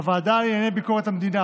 בוועדה לענייני ביקורת המדינה,